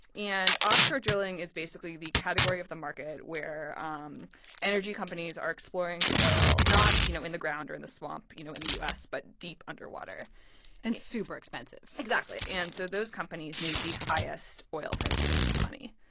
and offshore drilling is basically the category of the market where ah um energy energy companies are exploring for oil not, you know, in the ground or in the swamp, you know, in the u s, but deep underwater and super expensive exactly. and so those companies need the highest oil prices to make money.